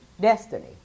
destiny